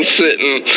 sitting